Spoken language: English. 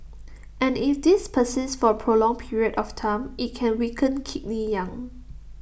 and if this persists for A prolonged period of time IT can weaken Kidney Yang